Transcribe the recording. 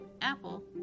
Apple